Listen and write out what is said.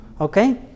okay